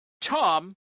Tom